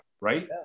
right